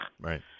Right